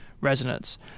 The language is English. resonance